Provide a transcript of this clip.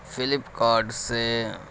flip card سے